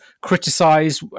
criticise